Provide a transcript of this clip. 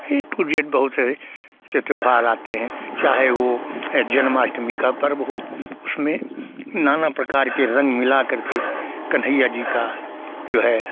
A to Z बहुत है से त्यौहार आते हैं चाहे वह ए जन्माष्टमी का पर्व हो उसमें नाना प्रकार के रंग मिला करके कन्हैया जी का जो है